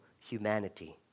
humanity